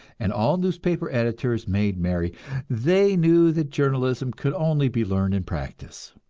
and all newspaper editors made merry they knew that journalism could only be learned in practice.